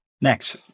Next